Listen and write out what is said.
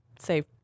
safe